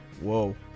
Whoa